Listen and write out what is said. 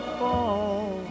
fall